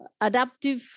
adaptive